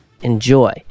enjoy